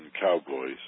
cowboys